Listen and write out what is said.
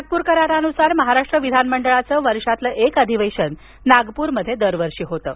नागपूर करारानुसार महाराष्ट्र विधानमंडळाचं वर्षातल एक अधिवेशन नागपूरमध्ये दरवर्षी होतं